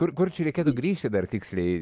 kur kur čia reikėtų grįžti dar tiksliai